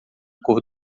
cor